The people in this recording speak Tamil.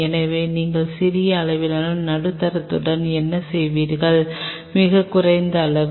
எனவே நீங்கள் சிறிய அளவிலான நடுத்தரத்துடன் என்ன செய்கிறீர்கள் மிகக் குறைந்த அளவு